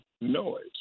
noise